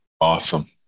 Awesome